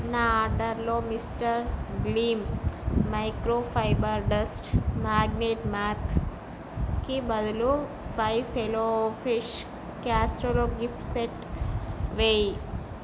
నా ఆర్డర్లో Mr Gleam microfiber dust magnet మ్యాప్కి బదులు five Cello chef casserole gift set వేయ్